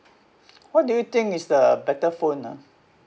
what do you think is the better phone ah